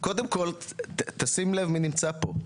קודם כל תשים לב מי נמצא פה.